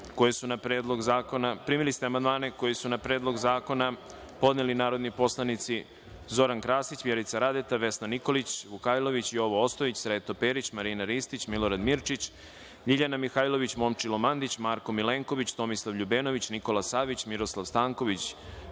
koje su na predlog zakona podneli narodni poslanici Zoran Krasić, Vjerica Radeta, Vesna Nikolić Vukajlović, Jovo Ostojić, Sreto Perić, Marina Ristić, Milorad Mirčić, LJiljana Mihajlović, Momčilo Mandić, Marko Milenković, Tomislav LJubenović, Nikola Savić, Miroslava Stanković